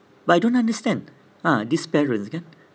but I don't understand ah this parents kan